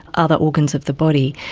other organs of the body.